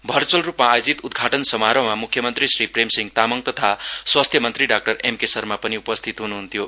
virtual रूपमा आयोजित उदघाटन समारोहमा मुख्यमन्त्री श्री प्रेम सिंह तामाङ तथा स्वास्थ्य मन्त्री डाक्टर एमके शर्मा पनि उपस्थित हुनुहुन्थ्यो